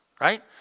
right